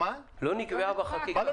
מה לא נקבע?